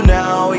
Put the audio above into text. now